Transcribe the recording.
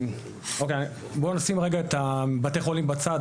לשמוע --- בואו נשים רגע את בתי החולים בצד,